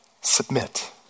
submit